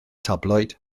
tabloid